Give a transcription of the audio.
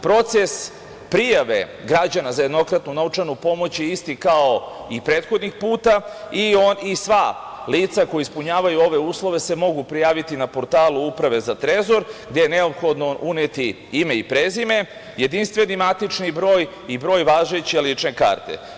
Proces prijave građana za jednokratnu novčanu pomoć je isti kao i prethodnih puta i on i sva lica koja ispunjavaju ove uslove se mogu prijaviti na portalu Uprave za trezor gde je neophodno uneti ime i prezime, jedinstveni matični broj i broj važeće lične karte.